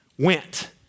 went